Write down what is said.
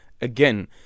again